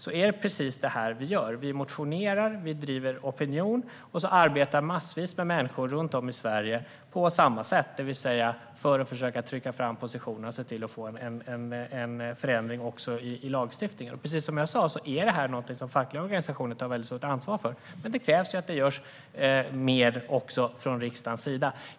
Det är precis det här vi gör: Vi motionerar och driver opinion, och massvis av människor runt om i Sverige arbetar på samma sätt, det vill säga för att försöka trycka fram positionen för att få en förändring också i lagstiftningen. Precis som jag sa är detta något som fackliga organisationer tar stort ansvar för. Men det krävs att det görs mer också från riksdagens sida.